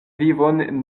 vivon